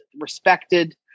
respected